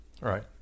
Right